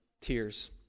tears